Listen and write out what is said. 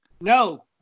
No